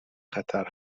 خطر